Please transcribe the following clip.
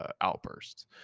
outbursts